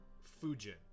Fuji